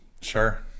sure